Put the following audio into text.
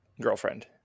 girlfriend